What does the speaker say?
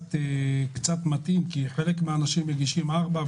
קצת מטעים כי חלק מן האנשים מגישים ארבע,